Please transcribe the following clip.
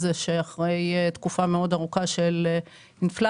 זה שאחרי תקופה מאוד ארוכה של אינפלציה,